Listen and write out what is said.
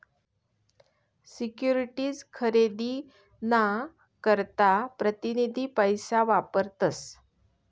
securities खरेदी ना करता प्रतीनिधी पैसा वापरतस